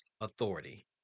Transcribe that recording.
authority